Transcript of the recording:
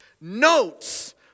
notes